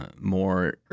more